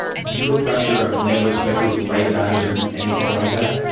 zero pressure, i would never expect you to write about it or do anything like that,